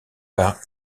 par